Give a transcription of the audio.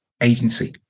agency